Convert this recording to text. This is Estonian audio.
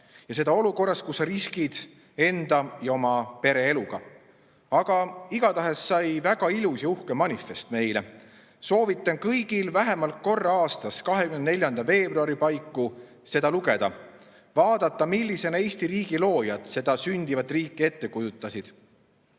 Seda olukorras, kus sa riskid enda ja oma pere eluga. Aga igatahes sai väga ilus ja uhke manifest. Soovitan kõigil vähemalt korra aastas, 24. veebruari paiku seda lugeda, vaadata, millisena Eesti riigi loojad seda sündivat riiki ette kujutasid.